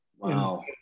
wow